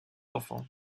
enfants